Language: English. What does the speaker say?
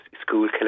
school